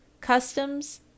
Customs